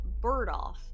Birdoff